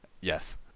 yes